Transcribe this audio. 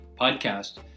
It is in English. podcast